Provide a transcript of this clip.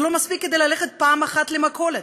זה לא מספיק ללכת פעם אחת למכולת,